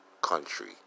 country